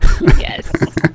Yes